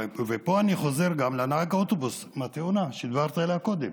ופה אני חוזר לנהג האוטובוס מהתאונה שדיברתי עליה קודם.